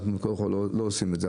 אנחנו לא עושים את זה,